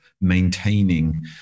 maintaining